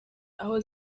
aho